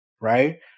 right